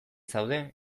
zaude